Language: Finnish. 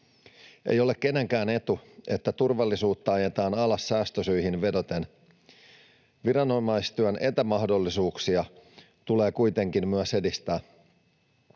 Ei ole kenenkään etu, että turvallisuutta ajetaan alas säästösyihin vedoten. Myös viranomaistyön etämahdollisuuksia tulee kuitenkin edistää.